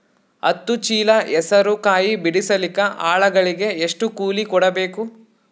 ಹತ್ತು ಚೀಲ ಹೆಸರು ಕಾಯಿ ಬಿಡಸಲಿಕ ಆಳಗಳಿಗೆ ಎಷ್ಟು ಕೂಲಿ ಕೊಡಬೇಕು?